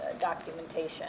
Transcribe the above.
documentation